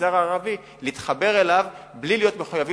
במגזר הערבי להתחבר אליו בלי להיות מחויבים